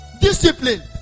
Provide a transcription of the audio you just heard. Discipline